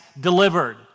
delivered